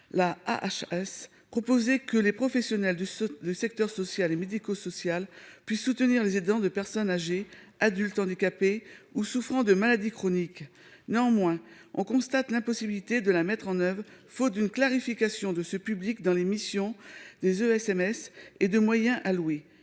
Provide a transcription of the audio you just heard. la HAS proposé que les professionnels de ce secteur social et médico-social puisse soutenir les aidants de personnes âgées adultes handicapés ou souffrant de maladies chroniques, néanmoins, on constate l'impossibilité de la mettre en oeuvre, faute d'une clarification de ce public dans l'émission, des oeufs, SMS et de moyens alloués